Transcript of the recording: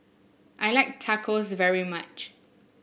I like Tacos very much